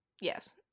Yes